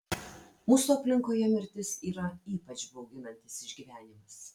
mūsų aplinkoje mirtis yra ypač bauginantis išgyvenimas